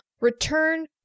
return